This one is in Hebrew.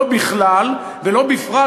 לא בכלל ולא בפרט,